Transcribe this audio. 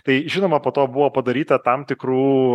tai žinoma po to buvo padaryta tam tikrų